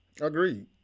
Agreed